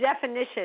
definition